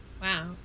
Wow